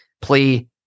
play